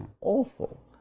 awful